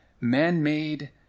man-made